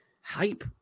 hype